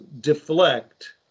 deflect